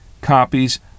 copies